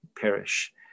perish